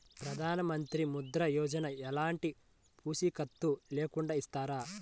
ప్రధానమంత్రి ముద్ర యోజన ఎలాంటి పూసికత్తు లేకుండా ఇస్తారా?